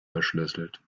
verschlüsselt